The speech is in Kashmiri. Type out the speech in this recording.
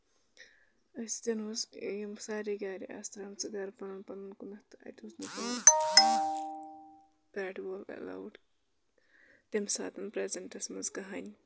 أتھۍ سۭتۍ اوس یِم سارے گرِ آسہٕ درامژٕ گرٕ پَنُن پَنُن کُنتھ تہٕ اَتہِ اوس نہٕ بیڈ وول ایلَاوُڈ تَمہِ ساتن پرٛیزنٹس منٛز کٔہینۍ